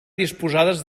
disposades